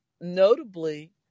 Notably